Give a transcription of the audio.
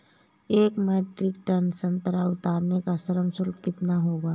एक metric ton संतरा उतारने का श्रम शुल्क कितना होगा?